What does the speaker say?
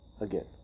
Again